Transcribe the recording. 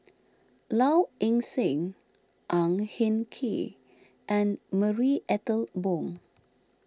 Low Ing Sing Ang Hin Kee and Marie Ethel Bong